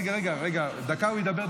רגע, דקה הוא ידבר.